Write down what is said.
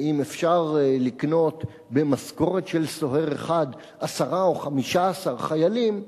ואם אפשר לקנות במשכורת של סוהר אחד עשרה או 15 חיילים,